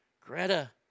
Greta